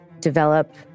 develop